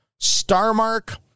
starmark